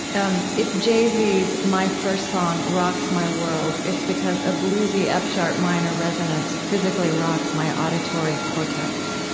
um if jay-z's my first song rocks my world, it's because a bluesy ah f-sharp minor resonance physically rocks my auditory cortex.